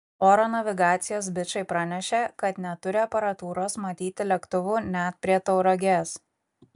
oro navigacijos bičai pranešė kad neturi aparatūros matyti lėktuvų net prie tauragės